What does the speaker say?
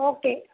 okay